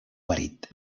marit